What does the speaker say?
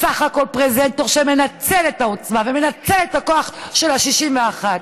סך הכול פרזנטור שמנצל את העוצמה ומנצל את הכוח של ה-61.